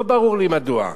לא ברור לי מדוע.